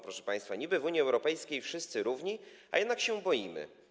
Proszę państwa, niby w Unii Europejskiej wszyscy są równi, a jednak się boimy.